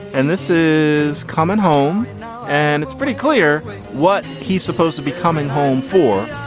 and this is coming home and it's pretty clear what he's supposed to be coming home for.